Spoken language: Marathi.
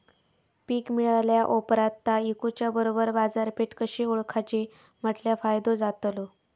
पीक मिळाल्या ऑप्रात ता इकुच्या बरोबर बाजारपेठ कशी ओळखाची म्हटल्या फायदो जातलो?